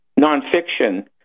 nonfiction